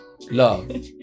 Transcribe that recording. love